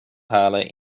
halen